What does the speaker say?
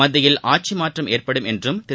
மத்தியில் ஆட்சிமாற்றம் ஏற்படும் என்றும் திரு